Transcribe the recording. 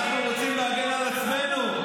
אנחנו רוצים להגן על עצמנו,